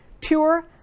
pure